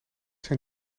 zijn